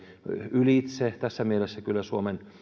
ylitse tässä mielessä suomen